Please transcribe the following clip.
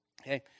okay